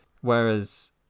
Whereas